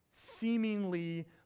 seemingly